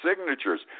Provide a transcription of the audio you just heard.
signatures